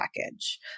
package